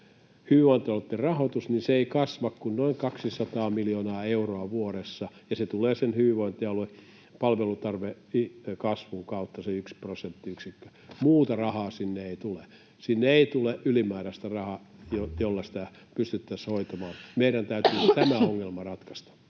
hyvinvointialueitten rahoitus, että se ei kasva kuin noin 200 miljoonaa euroa vuodessa. Ja se tulee hyvinvointialueen palvelutarpeen kasvun kautta se yksi prosenttiyksikkö. Muuta rahaa sinne ei tule. Sinne ei tule ylimääräistä rahaa, jolla sitä pystyttäisiin hoitamaan. Meidän täytyy tämä ongelma ratkaista.